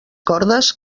cordes